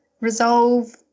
resolve